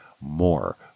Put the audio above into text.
more